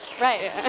Right